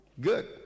good